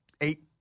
eight